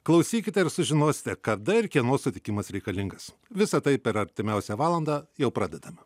klausykite ir sužinosite kada ir kieno sutikimas reikalingas visa tai per artimiausią valandą jau pradedame